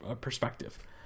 perspective